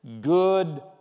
good